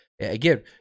Again